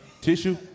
Tissue